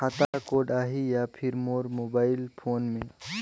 खाता कोड आही या फिर मोर मोबाइल फोन मे?